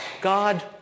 God